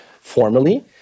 formally